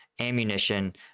ammunition